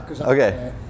Okay